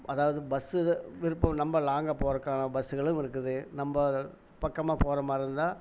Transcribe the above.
அதாவது பஸ் இப்போ நம்ப லாங்காக போகறதுக்கான பஸ்சுகளும் இருக்குது நம்ப பக்கமாக போகற மாதிரி இருந்தால்